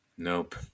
Nope